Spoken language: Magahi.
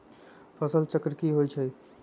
फसल चक्र की होइ छई?